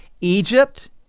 Egypt